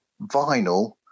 vinyl